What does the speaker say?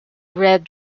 red